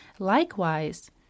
Likewise